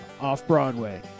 Off-Broadway